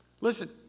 Listen